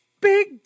Big